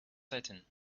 setting